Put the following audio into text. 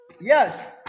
yes